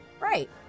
Right